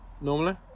normally